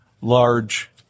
large